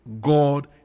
God